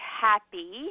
happy